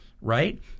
right